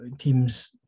teams